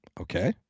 Okay